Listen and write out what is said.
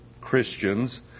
Christians